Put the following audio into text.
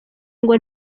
ngo